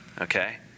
okay